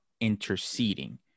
interceding